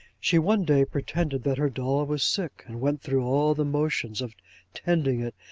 she one day pretended that her doll was sick and went through all the motions of tending it,